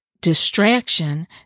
distraction